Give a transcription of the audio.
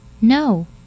No